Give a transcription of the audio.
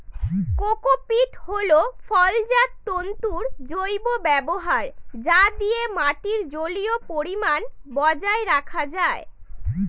cocopeat হল ফলজাত তন্তুর জৈব ব্যবহার যা দিয়ে মাটির জলীয় পরিমান বজায় রাখা যায়